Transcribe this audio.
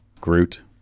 groot